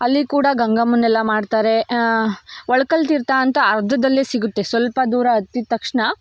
ಅಲ್ಲಿ ಕೂಡ ಗಂಗಮ್ಮನ ಎಲ್ಲ ಮಾಡ್ತಾರೆ ಒಳ್ಕಲ್ಲು ತೀರ್ಥ ಅಂತ ಅರ್ಧದಲ್ಲೇ ಸಿಗುತ್ತೆ ಸ್ವಲ್ಪ ದೂರ ಹತ್ತಿದ ತಕ್ಷಣ